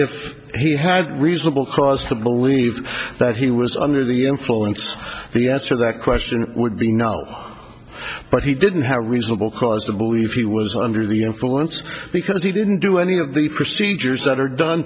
if he had reasonable cause to believe that he was under the influence the answer that question would be no but he didn't have a reasonable cause to believe he was under the influence because he didn't do any of the procedures that are done